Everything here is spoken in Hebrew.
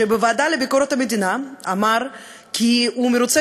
שבוועדה לביקורת המדינה אמר כי הוא מרוצה